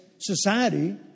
society